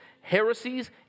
heresies